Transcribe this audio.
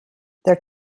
their